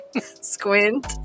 squint